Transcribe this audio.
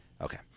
Okay